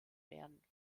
werden